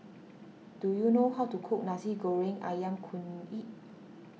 do you know how to cook Nasi Goreng Ayam Kunyit